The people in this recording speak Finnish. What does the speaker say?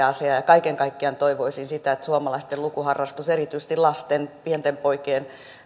asia ja ja kaiken kaikkiaan toivoisin sitä että suomalaisten lukuharrastus erityisesti lasten pienten poikien